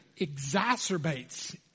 exacerbates